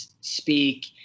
speak